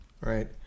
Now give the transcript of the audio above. right